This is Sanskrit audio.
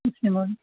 न